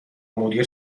مدیر